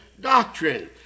doctrine